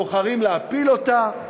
בוחרים להפיל אותה?